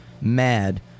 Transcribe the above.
mad